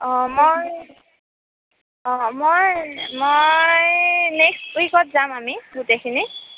অঁ মই অঁ মই মই নেক্সট উইকত যাম আমি গোটেইখিনি